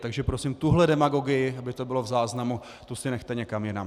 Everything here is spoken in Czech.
Takže prosím, tuhle demagogii, aby to bylo v záznamu, tu si nechte někam jinam!